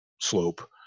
slope